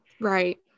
right